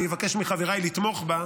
אני אבקש מחבריי לתמוך בה,